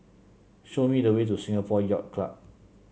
show me the way to Singapore Yacht Club